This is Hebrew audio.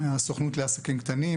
מהסוכנות לעסקים קטנים,